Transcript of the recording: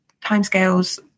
timescales